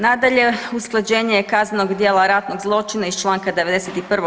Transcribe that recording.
Nadalje, usklađenje kaznenog djela ratnog zločina iz čl. 91.